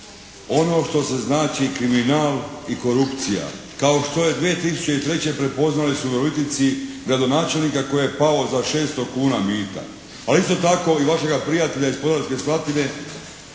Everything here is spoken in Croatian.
ono što se znači kriminal i korupcija, kao što je 2003. prepoznali su u Virovitici gradonačelnika koji je pao za 600 kuna mita. Ali isto tako i vašeg prijatelja iz Podravske Slatine,